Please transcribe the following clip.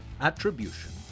Attribution